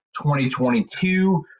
2022